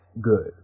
good